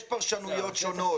יש פרשנויות שונות.